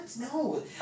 No